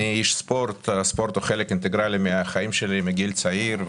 אני איש ספורט הספורט הוא חלק אינטגרלי מחיי מגיל צעיר,